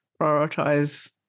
prioritize